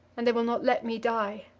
and they will not let me die.